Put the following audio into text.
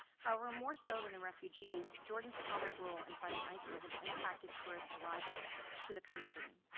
however, more so than the refugees, jordan's prominent role in fighting isil has impacted tourist arrivals to the country.